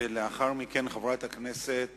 הצעה לסדר-היום מס' 137, ולאחר מכן, חברת הכנסת